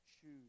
choose